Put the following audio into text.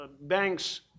banks